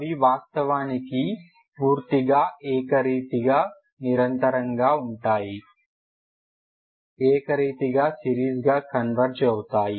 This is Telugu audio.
అవి వాస్తవానికి పూర్తిగా ఏకరీతిగా నిరంతరంగా ఉంటాయి ఏకరీతిగా సిరీస్గా కన్వర్జ్ అవుతాయి